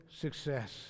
success